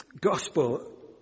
gospel